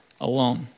alone